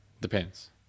Depends